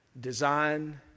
Design